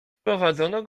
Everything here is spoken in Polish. wprowadzono